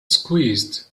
squeezed